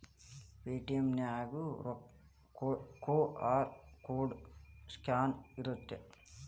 Paytm ನ್ಯಾಗು QR code scan ಇರತ್ತ